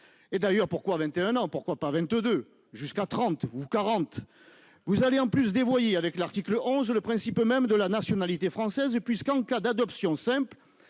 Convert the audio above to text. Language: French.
et d'ailleurs pourquoi 21 ans, pourquoi pas 22 jusqu'à 30 ou 40, vous allez en plus dévoyé avec l'article 11 le principe même de la nationalité française, puisqu'en cas d'adoption simple